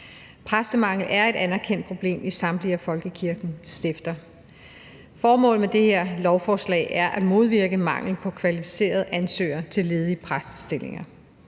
Præstemangel er et anerkendt problem i samtlige af folkekirkens stifter. Formålet med det her lovforslag er at modvirke mangel på kvalificerede ansøgere til ledige præstestillinger.